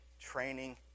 training